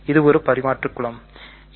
இது ஒரு பரிமாற்று குலம் ஆகும்